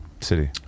city